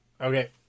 Okay